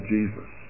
Jesus